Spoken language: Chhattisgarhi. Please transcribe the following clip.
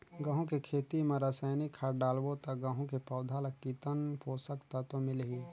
गंहू के खेती मां रसायनिक खाद डालबो ता गंहू के पौधा ला कितन पोषक तत्व मिलही?